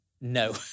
no